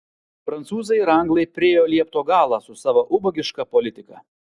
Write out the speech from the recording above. prancūzai ir anglai priėjo liepto galą su savo ubagiška politika